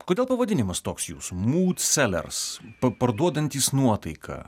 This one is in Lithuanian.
kodėl pavadinimas toks jausmų mūd selers pa parduodantys nuotaiką